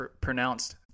pronounced